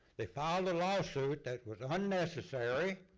they filed a lawsuit that was unnecessary,